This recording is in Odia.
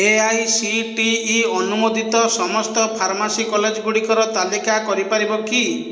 A I C T E ଅନୁମୋଦିତ ସମସ୍ତ ଫାର୍ମାସି କଲେଜ ଗୁଡ଼ିକର ତାଲିକା କରିପାରିବ କି